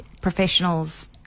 professionals